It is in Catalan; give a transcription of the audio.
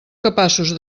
capaços